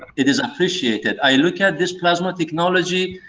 it is appreciated. i look at this plasma technology,